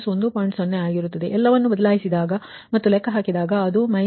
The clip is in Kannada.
0 ಆಗುತ್ತದೆ ಎಲ್ಲವನ್ನೂ ಬದಲಾಯಿಸಿದಾಗ ಮತ್ತು ಲೆಕ್ಕಹಾಕಿದಾಗ ಅದು −1